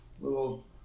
little